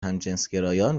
همجنسگرایان